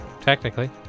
Technically